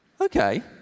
Okay